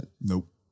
Nope